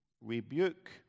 rebuke